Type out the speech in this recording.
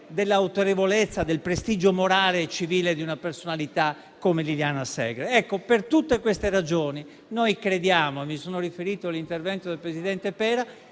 dell'autorevolezza, del prestigio morale e civile di una personalità come Liliana Segre? Ecco, per tali ragioni noi crediamo - e, per questo, mi sono riferito all'intervento del presidente Pera